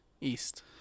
East